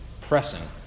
pressing